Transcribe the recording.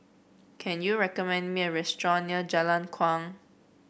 can you recommend me a restaurant near Jalan Kuang